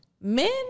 men